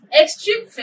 Extreme